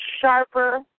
sharper